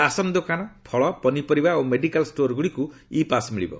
ration ଦୋକାନ ଫଳ ପନିପରିବା ଓ ମେଡିକାଲ୍ ଷ୍ଟୋର୍ ଗୁଡ଼ିକୁ ଇ ପାସ୍ ମିଳିବ